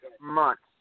months